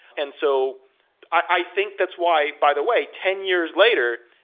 and so i think that's why by the way, ten years later,